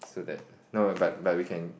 so that no err but but we can